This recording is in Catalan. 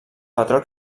patró